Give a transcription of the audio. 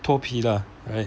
脱皮 lah right